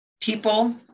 people